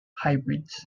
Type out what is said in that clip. hybrids